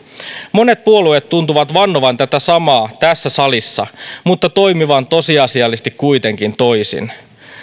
monet puolueet tuntuvat vannovan tätä samaa tässä salissa mutta toimivan tosiasiallisesti kuitenkin toisin